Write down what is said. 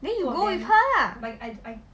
the you go with her lah